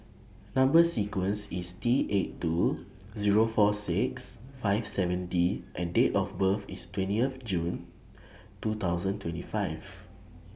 Number sequence IS T eight two Zero four six five seven D and Date of birth IS twentieth June two thousand twenty five